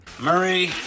Murray